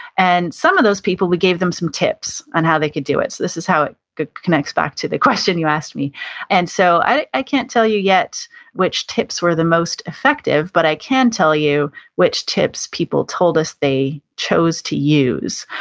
and some of those people, we gave them some tips on how they could do it so, this is how it connects back to the question you asked me and so i i can't tell you yet which tips were the most effective, but i can tell you which tips people told us they chose to use.